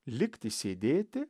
likti sėdėti